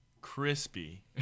crispy